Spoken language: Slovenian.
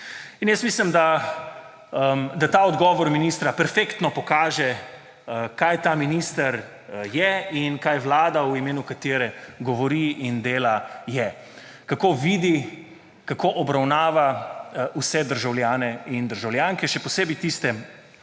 In jaz mislim, da ta odgovor ministra perfektno pokaže, kaj ta minister je in kaj vlada, v imenu katere govori in dela, je. Kako vidi, kako obravnava vse državljane in državljanke, še posebej tiste,